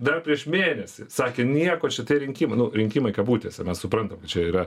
dar prieš mėnesį sakė nieko čia tie rinkimai rinkimai kabutėse mes suprantam kad čia yra